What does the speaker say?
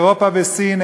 אירופה וסין,